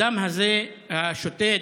הדם הזה, השותת,